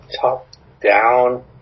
top-down